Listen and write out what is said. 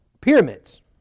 pyramids